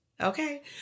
okay